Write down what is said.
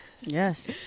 Yes